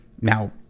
Now